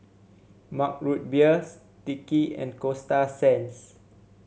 Mug Root Beer Sticky and Coasta Sands